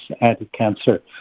anti-cancer